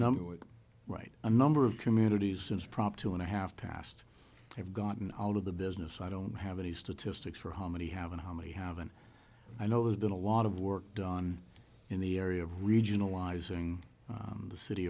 number would write a number of communities since prop two and a half past have gotten out of the business i don't have any statistics for how many have and how many have been i know there's been a lot of work done in the area of regionalizing the city